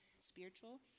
spiritual